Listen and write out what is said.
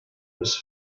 was